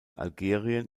algerien